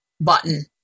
button